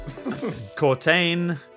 Cortain